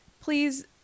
please